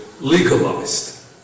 legalized